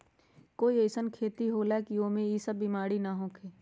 कोई अईसन खेती होला की वो में ई सब बीमारी न होखे?